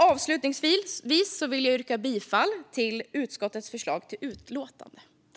Avslutningsvis vill jag yrka bifall till utskottets förslag i utlåtandet.